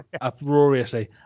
uproariously